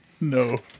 No